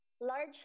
large